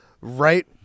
right